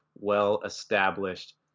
well-established